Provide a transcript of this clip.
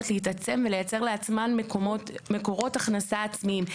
להתעצם ולייצר לעצמן מקורות הכנסה עצמיים,